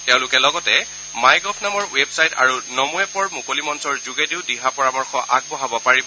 তেওঁলোকে লগতে MyGov নামৰ ৱেবছাইট আৰু নম' এপৰ মুকলি মঞ্চৰ যোগেদিও দিহা পৰামৰ্শ আগবঢ়াব পাৰিব